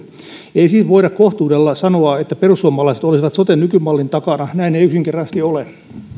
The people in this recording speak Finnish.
ei siis voida kohtuudella sanoa että perussuomalaiset olisivat soten nykymallin takana näin ei yksinkertaisesti ole